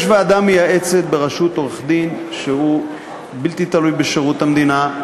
יש ועדה מייעצת בראשות עורך-דין שהוא בלתי תלוי בשירות המדינה,